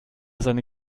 seine